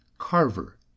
carver